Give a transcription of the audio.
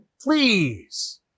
please